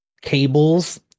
cables